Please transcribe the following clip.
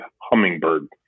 hummingbird